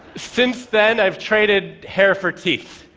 since then, i have traded hair for teeth.